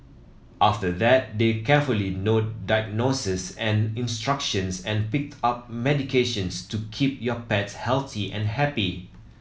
after that they carefully note diagnoses and instructions and pick up medications to keep your pet healthy and happy